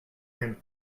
him